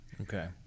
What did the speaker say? Okay